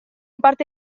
parte